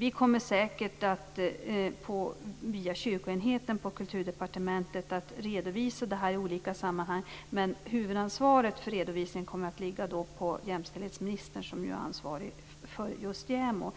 Vi kommer säkert att via kyrkoenheten på Kulturdepartementet redovisa detta i olika sammanhang, men huvudansvaret för redovisningen kommer att ligga på jämställdhetsministern, som ju är ansvarig för just JämO.